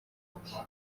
iki